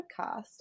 podcast